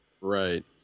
Right